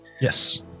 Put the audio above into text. Yes